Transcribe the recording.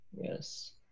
Yes